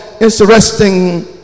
interesting